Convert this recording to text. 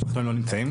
משפחונים לא נמצאים,